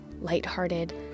lighthearted